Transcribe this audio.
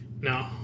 No